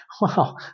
wow